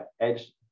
edge